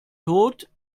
tot